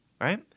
right